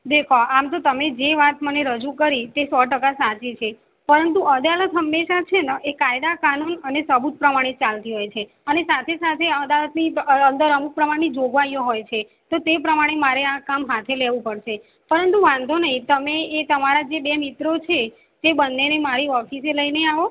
દેખો આમ તો તમે જે વાત મને રજૂ કરી તે સો ટકા સાચી છે પરંતુ અદાલત હંમેશા છે ને કાયદા કાનૂન અને સબૂત પ્રમાણે ચાલતી હોય છે અને સાથે સાથે અદાલતની અ અંદર અમુક પ્રમાણેની જોગવાઈઓ હોય છે તો તે પ્રમાણે મારે આ કામ હાથે લેવું પડશે પરંતુ વાંધો નહીં તમે એ તમારા જે બે મિત્રો છે તે બંનેને મારી ઓફીસે લઇને આવો